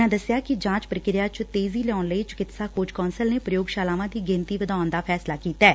ਉਨ੍ਹਾਂ ਦਸਿਆ ਕਿ ਜਾਂਚ ਪ੍ਕਿਰਿਆ ਚ ਤੇਜ਼ੀ ਲਿਆਉਣ ਲਈ ਚਿਕਿਤਸਾ ਬੋਜ ਕੌਂਸਲ ਨੇ ਪ੍ਯੋਗਸਾਲਾਵਾਂ ਦੀ ਗਿਣਤੀ ਵਧਾਉਣ ਦਾ ਫੈਸਲਾ ਕੀਤੈ